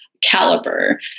caliber